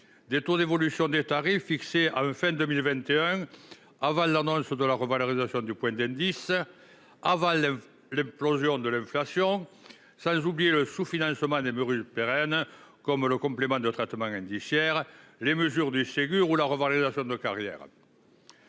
des taux d'évolution des tarifs, fixés en fin d'année 2021, avant l'annonce de la revalorisation du point d'indice des personnels et l'explosion de l'inflation, sans oublier le sous-financement des mesures pérennes, comme le complément de traitement indiciaire, les mesures d'attractivité du Ségur ou la revalorisation des carrières.